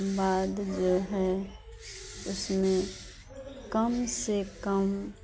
बाद जो है उसमें कम से कम